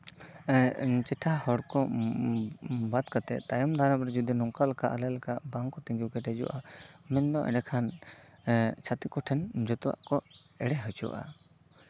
ᱪᱮᱴᱷᱟ ᱦᱚᱲ ᱠᱚ ᱵᱟᱫ ᱠᱟᱛᱮᱜ ᱛᱟᱭᱚᱢ ᱫᱟᱨᱟᱢᱨᱮ ᱡᱩᱫᱤ ᱚᱱᱠᱟ ᱞᱮᱠᱟ ᱟᱞᱮ ᱞᱮᱠᱟ ᱵᱟᱝᱠᱚ ᱛᱤᱸᱜᱩ ᱠᱮᱴᱮᱡᱚᱜᱼᱟ ᱢᱮᱱᱫᱚ ᱮᱱᱰᱮ ᱠᱷᱟᱱ ᱪᱷᱟᱹᱛᱤᱠ ᱠᱚᱴᱷᱮᱱ ᱡᱚᱛᱚᱣᱟᱜ ᱠᱚ ᱮᱲᱮ ᱦᱚᱪᱚᱜᱼᱟ